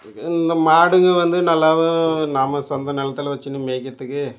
இது இந்த மாடுங்க வந்து நல்லாவும் நம்ம சொந்த நெலத்தில் வச்சுன்னு மேய்க்கிறத்துக்கு